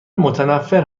متنفر